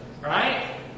right